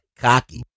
cocky